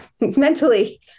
Mentally